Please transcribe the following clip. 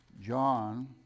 John